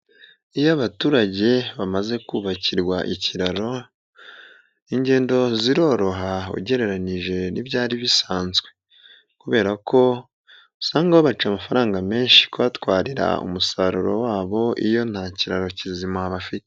Iyo abaturage bamaze kubakirwa ikiraro ingendo ziroroha ugereranije n'ibyari bisanzwe, kubera ko usanga babaca amafaranga menshi kubatwarira umusaruro wabo iyo nta kiraro kizima bafite.